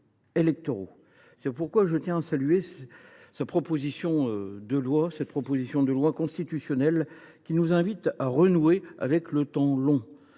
C’est pourquoi je tiens à saluer cette proposition de loi constitutionnelle, qui nous invite à renouer avec le temps long.